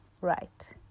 right